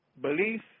Belief